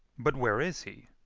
but where is he?